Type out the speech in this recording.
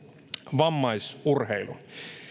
vammaisurheilu